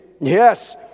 Yes